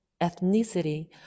ethnicity